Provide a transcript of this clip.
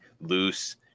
loose